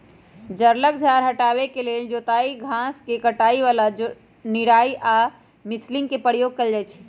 जङगल झार हटाबे के लेल जोताई, घास के कटाई, ज्वाला निराई आऽ मल्चिंग के प्रयोग कएल जाइ छइ